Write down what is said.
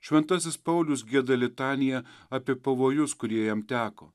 šventasis paulius gieda litaniją apie pavojus kurie jam teko